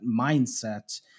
mindset